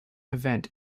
event